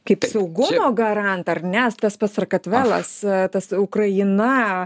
kaip saugumo garantą ar ne tas pats sarkatvelas tas ukraina